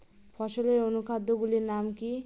ফসলের অনুখাদ্য গুলির নাম কি?